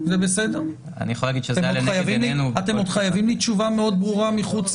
אתם עוד חייבים לי תשובה מאוד ברורה מחוץ